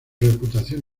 reputación